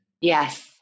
Yes